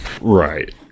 right